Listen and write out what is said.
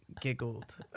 giggled